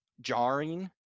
jarring